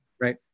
Right